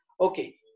okay